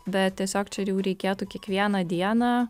bet tiesiog čia ir jau reikėtų kiekvieną dieną